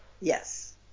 Yes